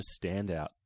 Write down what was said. standout